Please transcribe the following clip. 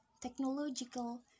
Technological